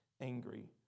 angry